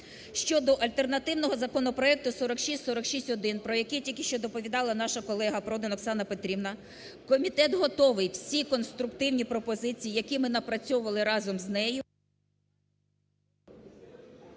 Щодо альтернативного законопроекту 4646-1, про який тільки що доповідала наша колега Продан Оксана Петрівна, комітет готовий всі конструктивні пропозиції, які ми напрацьовували разом з нею…